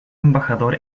embajador